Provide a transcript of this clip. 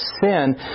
sin